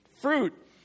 fruit